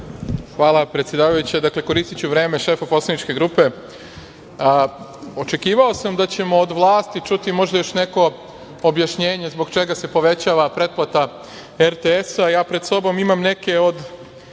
Hvala, predsedavajuća. Dakle, koristiću vreme šefa poslaničke grupe. Očekivao sam da ćemo od vlasti čuti možda još neko objašnjenje zbog čega se povećava pretplata RTS-a. Ja pred sobom imam neke od